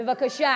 בבקשה.